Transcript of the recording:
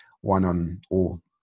one-on-all